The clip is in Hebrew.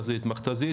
מכת"זית,